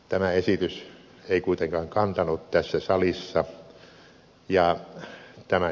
tämä esitys ei kuitenkaan kantanut tässä salissa